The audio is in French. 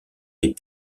des